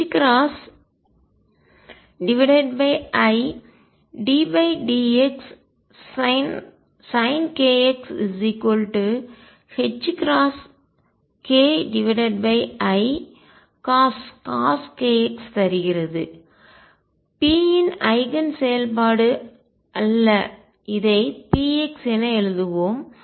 sin kx எனக்கு iddxsin kx ℏkicos kx தருகிறது p இன் ஐகன் செயல்பாடு அல்ல இதை px என எழுதுவோம்